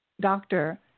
doctor